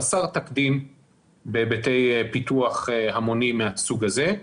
חסר תקדים בהיבטי פיתוח המוני מהסוג הזה,